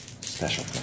Special